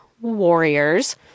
warriors